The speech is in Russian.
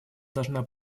должна